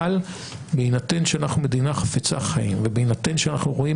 אבל בהינתן שאנחנו מדינה חפצה חיים ובהינתן שאנחנו רואים